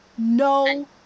No